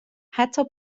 حتی